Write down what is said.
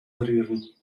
rühren